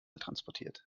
transportiert